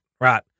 Right